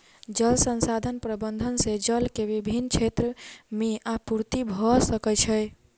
जल संसाधन प्रबंधन से जल के विभिन क्षेत्र में आपूर्ति भअ सकै छै